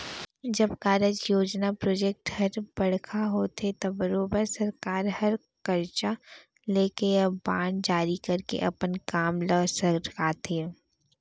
जब कारज, योजना प्रोजेक्ट हर बड़का होथे त बरोबर सरकार हर करजा लेके या बांड जारी करके अपन काम ल सरकाथे